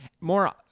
more